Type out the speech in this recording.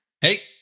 Hey